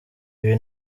ibi